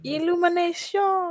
Illumination